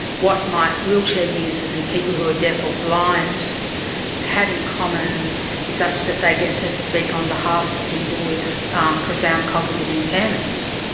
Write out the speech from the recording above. what might wheelchair users and people who are deaf or blind have in common such that they get to speak on behalf of people with profound cognitive impairments,